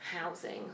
housing